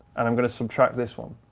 and i'm going to subtract this one.